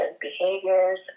behaviors